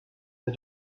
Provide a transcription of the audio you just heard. and